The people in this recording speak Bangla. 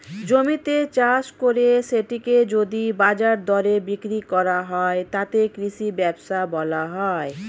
জমিতে চাষ করে সেটিকে যদি বাজার দরে বিক্রি করা হয়, তাকে কৃষি ব্যবসা বলা হয়